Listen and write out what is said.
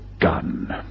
gun